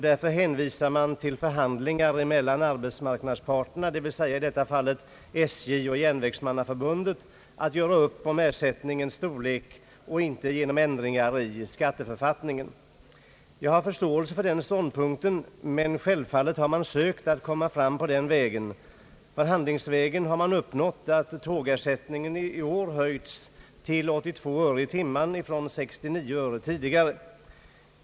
Därför hänvisar man till att ersättningens storlek bör bestämmas genom förhandlingar mellan arbetsmarknadsparterna, dvs. SJ och Järnvägsmannaförbundet, och inte genom ändringar i skatteförfattningarna. Jag har förståelse för den ståndpunkten. Självfallet har man också sökt komma fram på den vägen. Förhandlingsvägen har man uppnått att tågersättningen i år höjts till 82 öre i timmen från 69 öre tidigare.